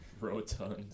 Rotund